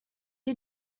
you